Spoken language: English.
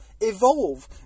Evolve